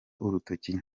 urutoki